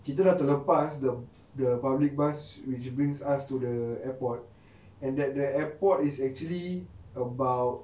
kita dah terlepas the the public bus which brings us to the airport and that the airport is actually about